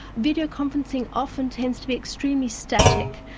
video-conferencing often tends to be extremely static,